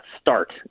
start